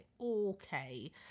Okay